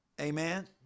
Amen